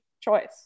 choice